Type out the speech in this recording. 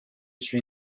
sri